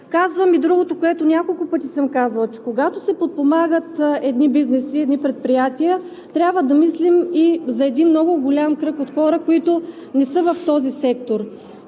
Казвам и другото, което няколко пъти съм казвала, че когато се подпомагат едни бизнеси, едни предприятия, трябва да мислим и за един много голям кръг от хора, които не са в този сектор.